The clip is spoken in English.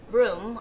room